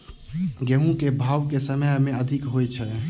गेंहूँ केँ भाउ केँ समय मे अधिक होइ छै?